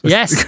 Yes